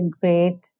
great